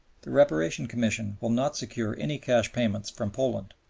the reparation commission will not secure any cash payments from poland.